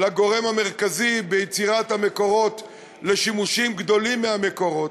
לגורם המרכזי ביצירת המקורות לשימושים גדולים מהמקורות,